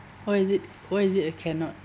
why is it why is it a cannot